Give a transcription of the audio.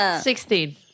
Sixteen